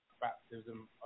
baptism